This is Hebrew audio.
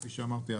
כפי שאמרתי,